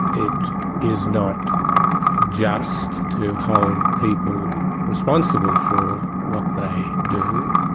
it is not just to hold people responsible for what they do.